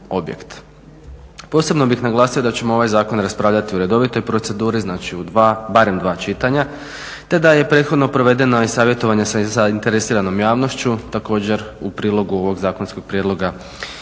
Posebno bih naglasio da ćemo ovaj zakon raspravljati u redovitoj proceduri znači u dva, barem dva čitanja, te da je prethodno provedeno i savjetovanje sa zainteresiranom javnošću također u prilogu ovog zakonskog prijedloga.